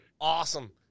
Awesome